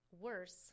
worse